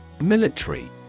Military